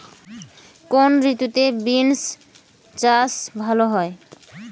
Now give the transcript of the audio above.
কোন ঋতুতে বিন্স চাষ ভালো হয়?